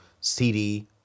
CD